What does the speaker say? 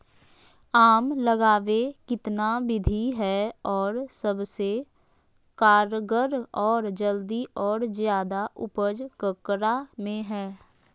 आम लगावे कितना विधि है, और सबसे कारगर और जल्दी और ज्यादा उपज ककरा में है?